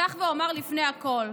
אפתח ואומר לפני הכול: